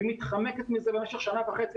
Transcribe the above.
והיא מתחמקת מזה במשך שנה וחצי,